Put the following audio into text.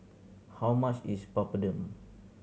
how much is Papadum